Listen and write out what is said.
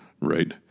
Right